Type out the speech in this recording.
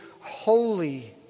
holy